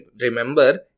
remember